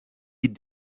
die